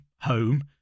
home